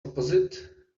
opposite